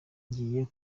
ngiye